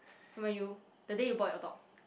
when you the day you bought your dog